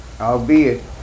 albeit